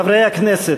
חברי הכנסת,